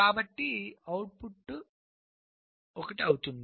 కాబట్టి అవుట్పుట్ 1 అవుతుంది